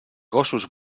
gossos